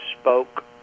spoke